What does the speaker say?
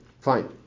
fine